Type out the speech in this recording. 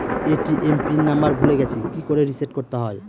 ATM pin number ভুলে গেছি কি করে রিসেট করতে হয়?